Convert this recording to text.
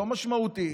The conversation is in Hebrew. לא משמעותי,